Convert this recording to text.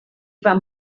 van